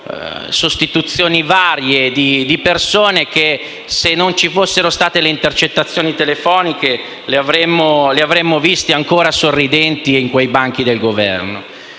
sostituzioni varie di persone che, se non ci fossero state le intercettazioni telefoniche, le avremmo viste ancora sorridenti nei banchi del Governo.